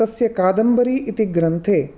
तस्य कादम्बरी इति ग्रन्थे